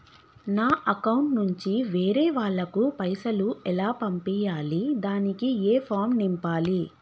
నా అకౌంట్ నుంచి వేరే వాళ్ళకు పైసలు ఎలా పంపియ్యాలి దానికి ఏ ఫామ్ నింపాలి?